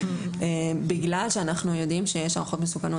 בגלל שאנחנו יודעים שיש הערכות מסוכנות